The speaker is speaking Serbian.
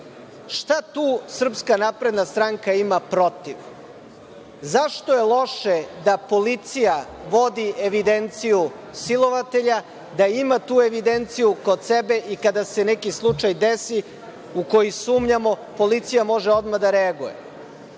u razvoju. Šta tu SNS ima protiv? Zašto je loše da policija vodi evidenciju silovatelja, da ima tu evidenciju kod sebe i kada se neki slučaj desi u koji sumnjamo, policija može odmah da reaguje?